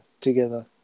together